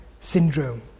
syndrome